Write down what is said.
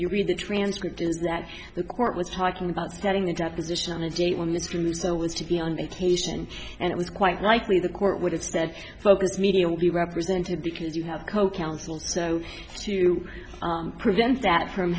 you read the transcript is that the court was talking about starting the deposition on a date when midstream so was to be on vacation and it was quite likely the court would have said focus media will be represented because you have co counsel so to prevent that from